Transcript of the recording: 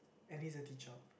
and he's a teacher